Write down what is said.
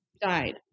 Died